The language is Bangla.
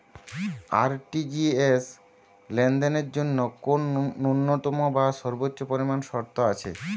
আর.টি.জি.এস লেনদেনের জন্য কোন ন্যূনতম বা সর্বোচ্চ পরিমাণ শর্ত আছে?